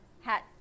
hat